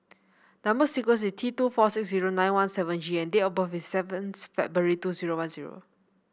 number sequence is T two four six zero nine one seven G and date of birth is seventh February two zero one zero